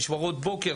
משמרות בוקר,